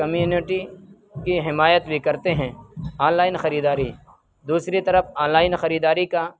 community کی حمایت بھی کرتے ہیں آن لائن خریداری دوسری طرف آن لائن خریداری کا